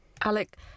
Alec